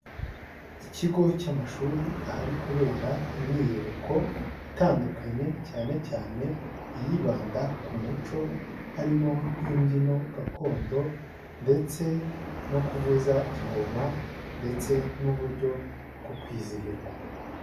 Ikigo cy'amashuri ahari kubera imyiyereko itandukanye cyane cyane iyibanda ku muco harimo nk'imbyino gakondo ndetse no kuvuza ingoma ndetse n'uburyo bwo kwizihirwa.